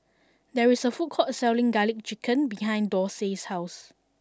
there is a food court selling Garlic Chicken behind Dorsey's house